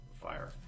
fire